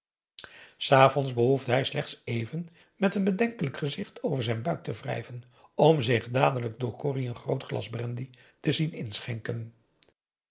s avonds behoefde hij slechts even met n bedenkelijk gezicht over zijn buik te wrijven om zich dadelijk door corrie een groot glas brendy te zien inschenken